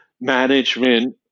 management